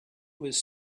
was